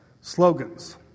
Slogans